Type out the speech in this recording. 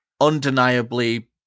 undeniably